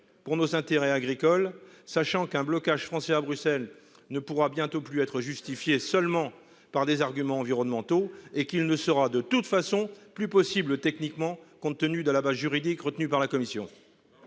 pour nos intérêts agricoles, sachant qu'un blocage français à Bruxelles ne pourra bientôt plus être justifié seulement par des arguments environnementaux et qu'il ne sera de toute façon plus possible techniquement compte tenu de la base juridique retenue par la commission.